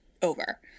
Over